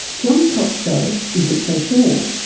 john protzko isn't so sure.